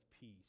peace